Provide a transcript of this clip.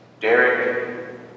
Derek